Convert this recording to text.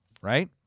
Right